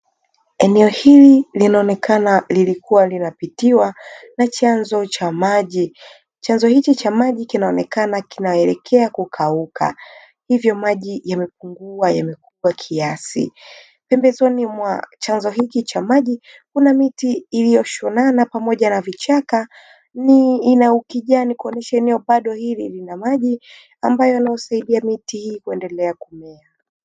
Eneo hili linaoneka lilikuwa linapitiwa na chanzo cha maji. Chanzo hichi cha maji kinaonekana kinaelekea kukauka, hivyo maji yamepungua yamekuwa kiasi. Pembezoni mwa chanzo hichi cha maji kuna miti iliyoshonana pamoja na vichaka ni ina ukijani kuonyesha eneo bado hili lina maji ambayo yanasaidia miti hii kuendelea kumea.